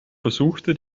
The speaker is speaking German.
versuchte